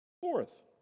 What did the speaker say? Fourth